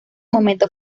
momento